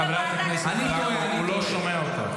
חברת הכנסת מלקו, הוא לא שומע אותך.